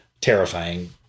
terrifying